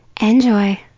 enjoy